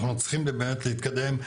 אנחנו צריכים להתקדם,